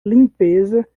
limpeza